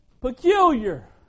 Peculiar